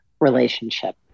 relationship